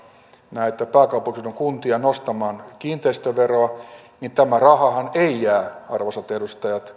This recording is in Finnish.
näitä pääkaupunkiseudun kuntia nostamaan kiinteistöveroa niin tämä rahahan ei jää arvoisat edustajat